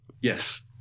Yes